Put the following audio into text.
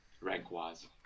rank-wise